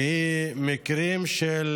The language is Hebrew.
והיא מקרים של